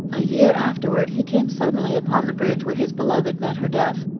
a year afterward he came suddenly upon the bridge where his beloved met her death.